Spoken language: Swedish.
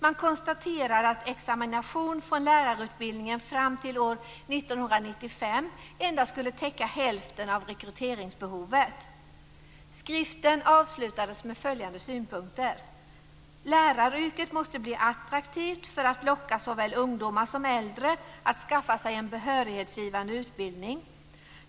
Man konstaterade att examinationen från lärarutbildningen fram till år 1995 endast skulle täcka hälften av rekryteringsbehovet. Skriften avslutades med följande synpunkter: "Läraryrket måste bli attraktivt för att locka såväl ungdomar som äldre att skaffa sig en behörighetsgivande utbildning.